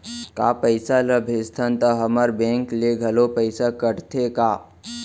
का पइसा ला भेजथन त हमर बैंक ले घलो पइसा कटथे का?